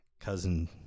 cousin